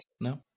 No